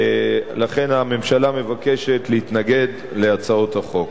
הממשלה מבקשת להתנגד להצעות החוק.